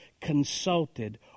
consulted